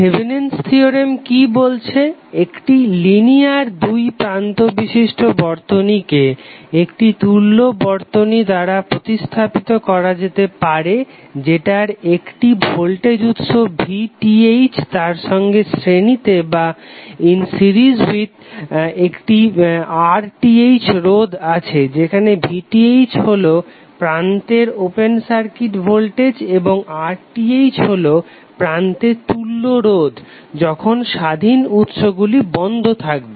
Thevenin's theorem Thevenin's theorem কি বলছেঃ একটি লিনিয়ার দুই প্রান্ত বিশিষ্ট বর্তনীকে একটি তুল্য বর্তনী দ্বারা প্রতিস্থাপিত করা যেতে পারে যেটার একটি ভোল্টেজ উৎস VTh তার সঙ্গে শ্রেণীতে একটি RTh রোধ আছে যেখানে VTh হলো প্রান্তের ওপেন সার্কিট ভোল্টেজ এবং RTh হলো প্রান্তে তুল্য রোধ যখন স্বাধীন উৎস গুলি বন্ধ থাকবে